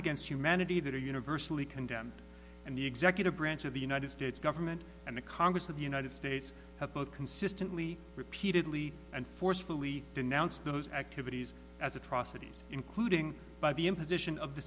against humanity that are universally condemned and the executive branch of the united states government and the congress of the united states have both consistently repeatedly and forcefully denounced those activities as atrocities including by the imposition of the